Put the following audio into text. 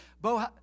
Bo